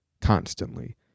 constantly